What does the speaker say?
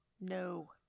No